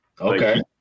Okay